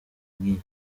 nk’iyi